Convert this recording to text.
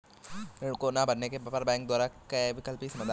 ऋण को ना भरने पर बैंकों द्वारा क्या वैकल्पिक समाधान हैं?